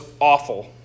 awful